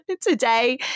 Today